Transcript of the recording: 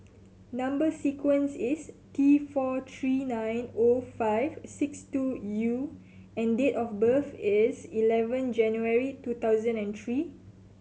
number sequence is T four three nine zero five six two U and date of birth is eleven January two thousand and three